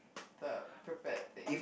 the prepared thing